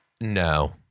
no